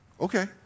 Okay